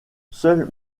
seul